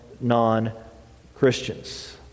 non-Christians